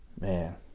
man